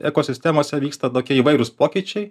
ekosistemose vyksta tokie įvairūs pokyčiai